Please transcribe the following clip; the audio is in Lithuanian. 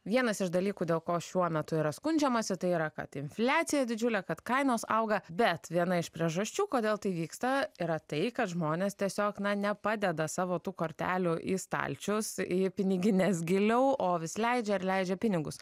vienas iš dalykų dėl ko šiuo metu yra skundžiamasi tai yra kad infliacija didžiulė kad kainos auga bet viena iš priežasčių kodėl tai vyksta yra tai kad žmonės tiesiog na nepadeda savo tų kortelių į stalčius į pinigines giliau o vis leidžia ir leidžia pinigus